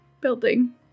building